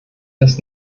das